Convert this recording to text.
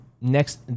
next